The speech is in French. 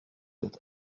être